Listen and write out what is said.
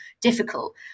difficult